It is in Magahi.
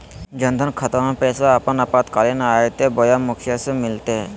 जन धन खाताबा में पैसबा अपने आपातकालीन आयते बोया मुखिया से मिलते?